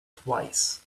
twice